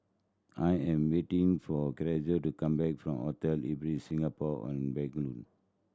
I am waiting for Carisa to come back from Hotel Ibis Singapore On Bencoolen